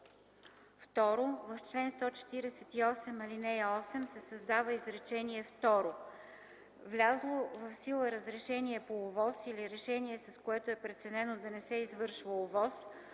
2. В чл. 148, ал. 8 се създава изречение второ: „Влязло в сила решение по ОВОС или решение, с което е преценено да не се извършва ОВОС